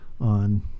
on